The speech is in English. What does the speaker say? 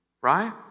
right